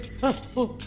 just for